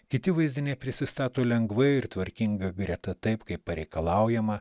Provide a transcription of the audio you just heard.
kiti vaizdiniai prisistato lengvai ir tvarkinga greta taip kaip pareikalaujama